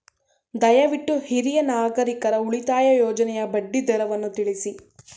ದಯವಿಟ್ಟು ಹಿರಿಯ ನಾಗರಿಕರ ಉಳಿತಾಯ ಯೋಜನೆಯ ಬಡ್ಡಿ ದರವನ್ನು ತಿಳಿಸಿ